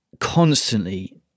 constantly